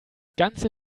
ganze